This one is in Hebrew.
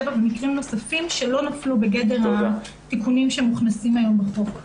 במקרים נוספים שלא נפלו בגדר התיקונים שמוכנסים היום בחוק.